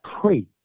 pray